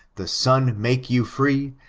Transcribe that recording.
the son make you free,